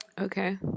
Okay